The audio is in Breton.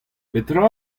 petra